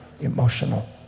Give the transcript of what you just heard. emotional